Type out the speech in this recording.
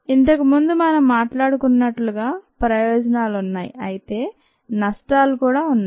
ఇంతకు ముందు మనం మాట్లాడుకున్నట్లుగా ప్రయోజనాలున్నాయి అయితే నష్టాలు కూడా ఉన్నాయి